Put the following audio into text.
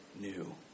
new